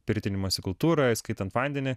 pirtinimosi kultūroj įskaitant vandenį